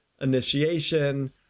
Initiation